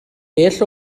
bell